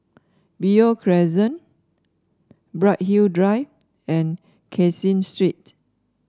Beo Crescent Bright Hill Drive and Caseen Street